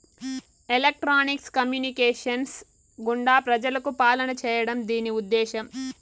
electronics communications గుండా ప్రజలకు పాలన చేయడం దీని ఉద్దేశం